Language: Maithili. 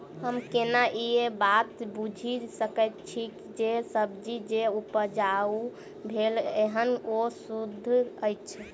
हम केना ए बात बुझी सकैत छी जे सब्जी जे उपजाउ भेल एहन ओ सुद्ध अछि?